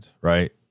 Right